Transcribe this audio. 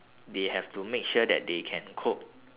they have to make sure that they can cope